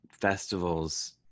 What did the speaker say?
festivals